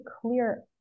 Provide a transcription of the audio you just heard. clear